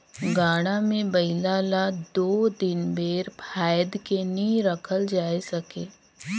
गाड़ा मे बइला ल दो दिन भेर फाएद के नी रखल जाए सके